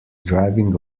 driving